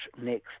next